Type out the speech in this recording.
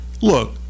look